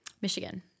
Michigan